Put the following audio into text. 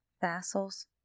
Vassals